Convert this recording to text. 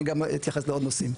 אני אתייחס לעוד נושאים.